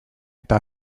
eta